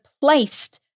placed